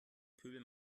pöbel